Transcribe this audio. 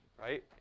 Right